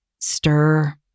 stir